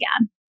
again